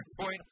point